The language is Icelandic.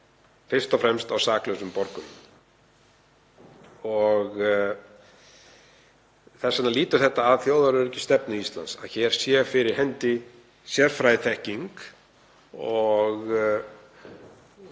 fyrst og fremst á saklausum borgurum. Það lýtur því að þjóðaröryggisstefnu Íslands að hér sé fyrir hendi sérfræðiþekking og